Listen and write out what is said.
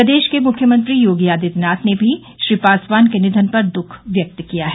प्रदेश के मुख्यमंत्री योगी आदित्यनाथ ने भी श्री पासवान के निधन पर दुख व्यक्त किया है